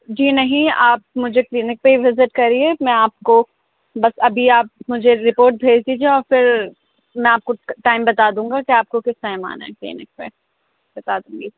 جی نہیں آپ مجھے کلینک پہ ہی وزٹ کریے میں آپ کو بس ابھی آپ مجھے رپوٹ بھیج دیجیے اور پھر میں آپ کو ٹائم بتا دوں گا کہ آپ کو کس ٹائم آنا ہے کلینک پہ بتا دوں گی